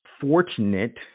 fortunate